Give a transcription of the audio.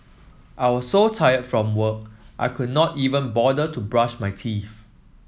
I was so tired from work I could not even bother to brush my teeth